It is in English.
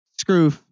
screw